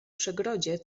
przegrodzie